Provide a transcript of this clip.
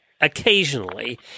occasionally